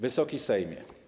Wysoki Sejmie!